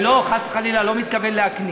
חס וחלילה, אני לא מתכוון להקניט.